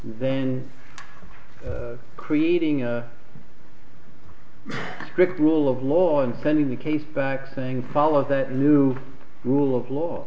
then creating a strict rule of law and sending the case back saying follow that new rule of law